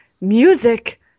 music